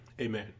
Amen